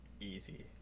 easy